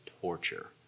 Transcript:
torture